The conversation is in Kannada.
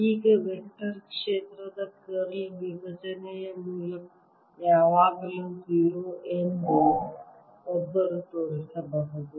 ಈಗ ವೆಕ್ಟರ್ ಕ್ಷೇತ್ರದ ಕರ್ಲ್ ವಿಭಜನೆಯು ಯಾವಾಗಲೂ 0 ಎಂದು ಒಬ್ಬರು ತೋರಿಸಬಹುದು